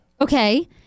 Okay